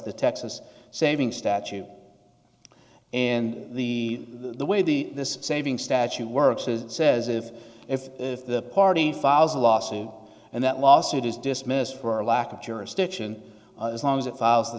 the texas saving statute and the the way the this saving statute works as it says if if if the party files a lawsuit and that lawsuit is dismissed for lack of jurisdiction as long as it files the